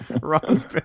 Ron's